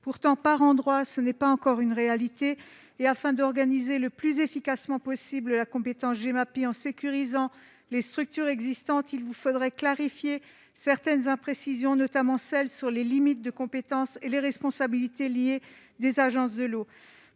Las, par endroits, ce n'est pas encore une réalité. Afin d'organiser le plus efficacement possible la compétence Gemapi en sécurisant les structures existantes, il vous faudrait lever certaines imprécisions, notamment quant aux limites de compétences et aux responsabilités liées des agences de l'eau.